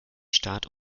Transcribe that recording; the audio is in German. start